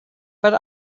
but